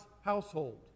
household